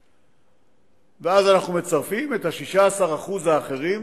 ואז אנחנו מצרפים את ה-16% האחרים,